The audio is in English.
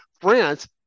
France